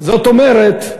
זאת אומרת,